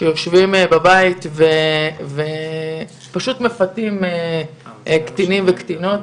שיושבים בבית ופשוט מפתים קטינים וקטינות,